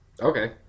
Okay